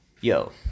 yo